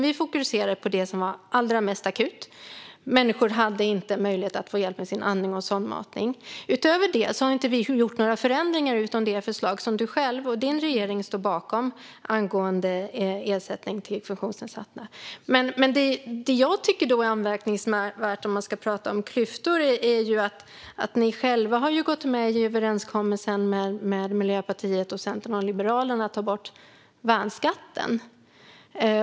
Vi fokuserade på det som var allra mest akut, att människor inte hade möjlighet att få hjälp med sin andning och sondmatning. Utöver det har vi inte gjort några förändringar av det förslag som du själv, Mikael Dahlqvist, och din regering står bakom angående ersättning till funktionsnedsatta. Det som jag tycker är anmärkningsvärt, om man ska tala om klyftor, är att ni själva i överenskommelsen med Miljöpartiet, Centern och Liberalerna har gått med på att ta bort värnskatten.